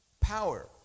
power